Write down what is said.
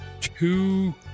two